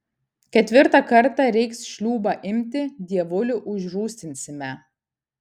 ketvirtą kartą reiks šliūbą imti dievulį užrūstinsime